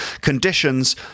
Conditions